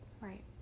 right